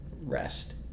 rest